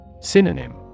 Synonym